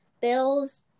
Bills